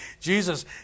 Jesus